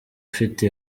ufite